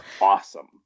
awesome